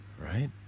right